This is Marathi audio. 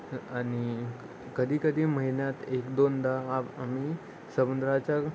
आणि कधी कधी महिन्यात एकदोनदा आम्ही समुद्राच्या